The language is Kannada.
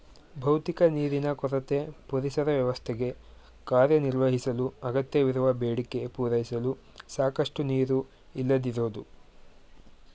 ಭೌತಿಕ ನೀರಿನ ಕೊರತೆ ಪರಿಸರ ವ್ಯವಸ್ಥೆಗೆ ಕಾರ್ಯನಿರ್ವಹಿಸಲು ಅಗತ್ಯವಿರುವ ಬೇಡಿಕೆ ಪೂರೈಸಲು ಸಾಕಷ್ಟು ನೀರು ಇಲ್ಲದಿರೋದು